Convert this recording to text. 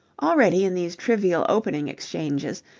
already, in these trivial opening exchanges,